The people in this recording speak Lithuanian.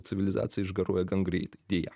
civilizacija išgaruoja gan greitai deja